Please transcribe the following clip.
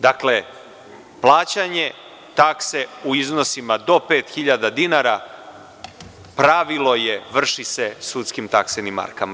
Dakle, plaćanje takse u iznosima do 5.000 dinara, pravilo je, vrši se sudskim taksenim markama.